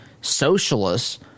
socialists